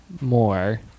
more